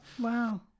Wow